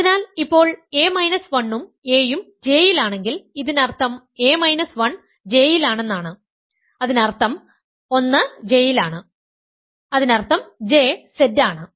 അതിനാൽ ഇപ്പോൾ a 1 ഉം a യും J യിലാണെങ്കിൽ ഇതിനർത്ഥം a 1 J യിലാണെന്നാണ് അതിനർത്ഥം 1 J യിലാണ് അതിനർത്ഥം J Z ആണ്